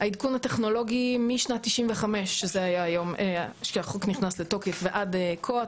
העדכון הטכנולוגי משנת 1995 שהחוק נכנס לתוקף ועד כה,